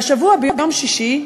והשבוע, ביום שישי,